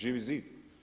Živi zid?